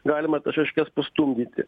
galima tas šaškes pastumdyti